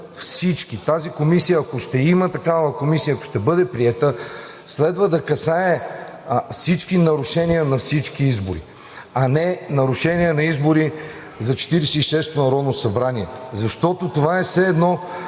всички. Ако ще има такава комисия, ако ще бъде приета, следва да касае всички нарушения на всички избори, а не нарушения на изборите за 46-ото народно събрание. Защото това е все едно